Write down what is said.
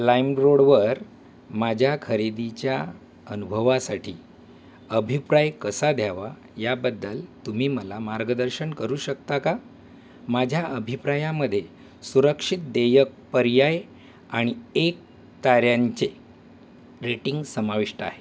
लाइमरोडवर माझ्या खरेदीच्या अनुभवासाठी अभिप्राय कसा द्यावा याबद्दल तुम्ही मला मार्गदर्शन करू शकता का माझ्या अभिप्रायामध्ये सुरक्षित देयक पर्याय आणि एक ताऱ्यांचे रेटिंग समाविष्ट आहे